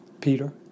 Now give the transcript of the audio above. Peter